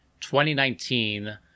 2019